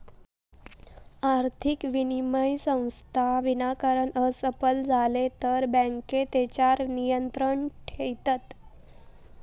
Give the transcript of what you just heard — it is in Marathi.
आर्थिक विनिमय संस्था विनाकारण असफल झाले तर बँके तेच्यार नियंत्रण ठेयतत